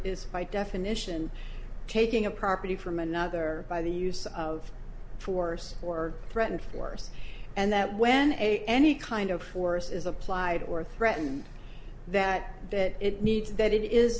is by definition taking a property from another by the use of force or threat and force and that when a any kind of force is applied or threatened that that it needs that it is